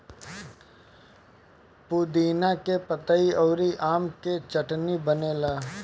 पुदीना के पतइ अउरी आम के चटनी बनेला